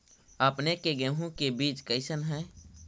अपने के गेहूं के बीज कैसन है?